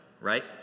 right